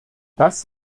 das